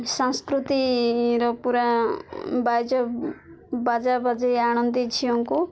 ସଂସ୍କୃତିର ପୁରା ବାଜା ବାଜା ବଜେଇ ଆଣନ୍ତି ଝିଅଙ୍କୁ